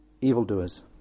evildoers